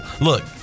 Look